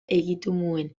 egitamuen